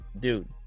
dude